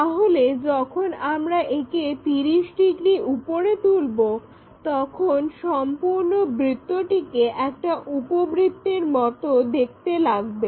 তাহলে যখন আমরা একে 30 ডিগ্রি উপরে তুলবো তখন সম্পূর্ণ বৃত্তটিকে একটা উপবৃত্তের মতো দেখতে লাগবে